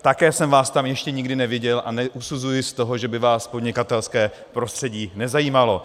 Také jsem vás tam ještě nikdy neviděl a neusuzuji z toho, že by vás podnikatelské prostředí nezajímalo.